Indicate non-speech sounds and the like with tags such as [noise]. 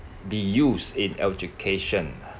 be used in education [breath]